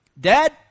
Dad